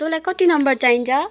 तँलाई कति नम्बर चाहिन्छ